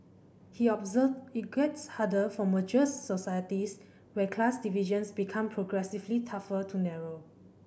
he observed it gets harder for mature societies where class divisions become progressively tougher to narrow